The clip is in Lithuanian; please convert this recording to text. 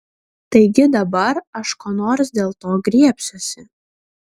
taigi dabar aš ko nors dėl to griebsiuosi